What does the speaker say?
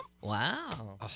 Wow